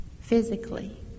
physically